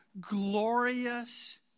glorious